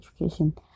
education